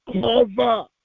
cover